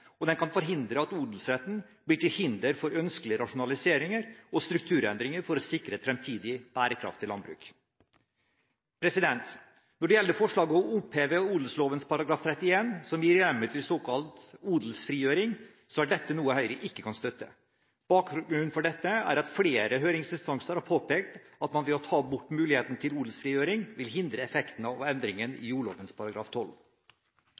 og den kan forhindre at odelsretten blir til hinder for ønskelige rasjonaliseringer og strukturendringer for å sikre et fremtidig bærekraftig landbruk. Når det gjelder forslaget om å oppheve odelsloven § 31, som gir hjemmel til såkalt odelsfrigjøring, så er dette noe Høyre ikke kan støtte. Bakgrunnen for dette er at flere høringsinstanser har påpekt at man ved å ta bort muligheten til odelsfrigjøring vil hindre effekten av endringen